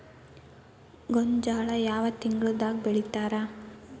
ಗೋಂಜಾಳ ಯಾವ ತಿಂಗಳದಾಗ್ ಬೆಳಿತಾರ?